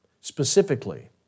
Specifically